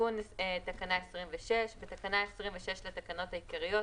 תיקון תקנה 26 בתקנה 26 לתקנות העיקריות